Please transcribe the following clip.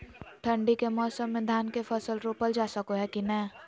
ठंडी के मौसम में धान के फसल रोपल जा सको है कि नय?